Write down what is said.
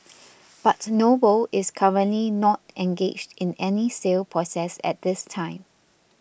but Noble is currently not engaged in any sale process at this time